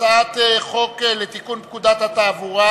הצעת חוק לתיקון פקודת התעבורה